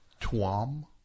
Tuam